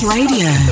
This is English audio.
Radio